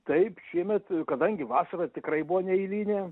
taip šiemet kadangi vasara tikrai buvo neeilinė